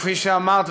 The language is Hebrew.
כפי שאמרת,